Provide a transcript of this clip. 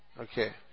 Okay